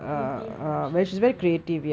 creative lah she's very creative